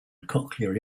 cochlear